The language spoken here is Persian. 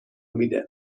میده